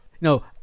No